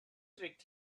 trick